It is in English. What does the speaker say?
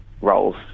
roles